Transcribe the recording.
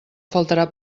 faltarà